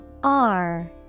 -R